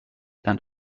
and